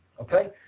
okay